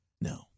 No